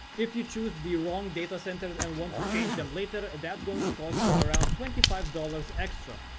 if you choose the wrong data centers and want to change them later that's going to cost you around twenty five dollars extra